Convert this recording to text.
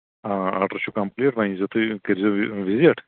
آ آرڈر چھُ کَمپٕلیٖت وۄنۍ ییٖزیو تُہۍ کٔرۍزیو وِزِٹ